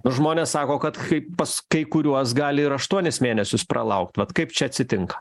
žmonės sako kad kai pas kai kuriuos gali ir aštuonis mėnesius pralaukt vat kaip čia atsitinka